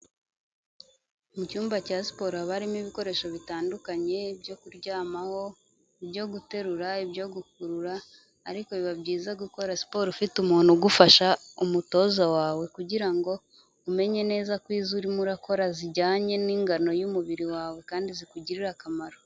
Mu cyumba cya siporo haba harimo ibikoresho bitandukanye byo kuryamaho, ibyo guterura, ibyo gukurura ariko biba byiza gukora siporo ufite umuntu ugufasha umutoza wawe kugira ngo umenye neza ko izo urimo urakora zijyanye n'ingano y'umubiri wawe kandi zikugirire akamaro.